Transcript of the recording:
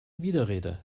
widerrede